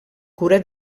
cura